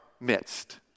midst